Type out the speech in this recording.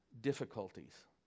difficulties